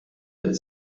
that